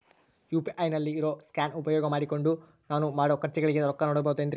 UPI ನಲ್ಲಿ ಇರೋ scan ಉಪಯೋಗ ಮಾಡಿಕೊಂಡು ನಾನು ಮಾಡೋ ಖರ್ಚುಗಳಿಗೆ ರೊಕ್ಕ ನೇಡಬಹುದೇನ್ರಿ?